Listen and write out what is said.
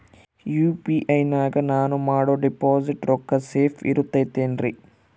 UPI ನಾಗ ನಾನು ಮಾಡೋ ಡಿಪಾಸಿಟ್ ರೊಕ್ಕ ಸೇಫ್ ಇರುತೈತೇನ್ರಿ?